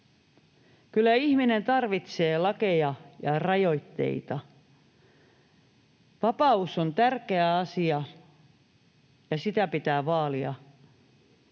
Kyllä ihminen tarvitsee lakeja ja rajoitteita. Vapaus on tärkeä asia, ja sitä pitää vaalia,